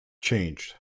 changed